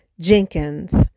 Jenkins